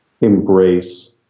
embrace